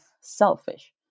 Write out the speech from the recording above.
selfish